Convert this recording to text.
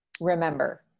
remember